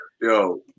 Yo